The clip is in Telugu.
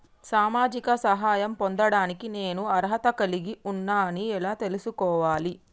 సామాజిక సహాయం పొందడానికి నేను అర్హత కలిగి ఉన్న అని ఎలా తెలుసుకోవాలి?